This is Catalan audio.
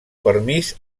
permís